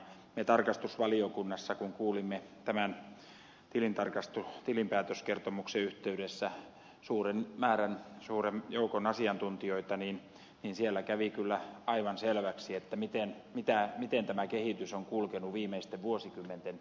me tarkastusvaliokunnassa kun kuulimme tämän tilinpäätöskertomuksen yhteydessä suuren joukon asiantuntijoita niin siellä kävi kyllä aivan selväksi miten tämä kehitys on kulkenut viimeisten vuosikymmenten kuluessa